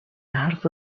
حرف